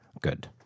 Good